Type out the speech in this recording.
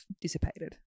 dissipated